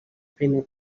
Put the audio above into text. primer